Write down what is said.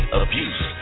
abuse